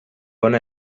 ona